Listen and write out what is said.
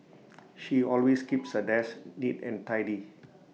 she always keeps her desk neat and tidy